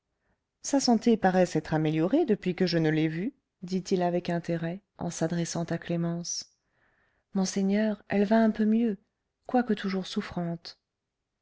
sa santé paraît s'être améliorée depuis que je ne l'ai vue dit-il avec intérêt en s'adressant à clémence monseigneur elle va un peu mieux quoique toujours souffrante